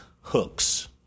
hooks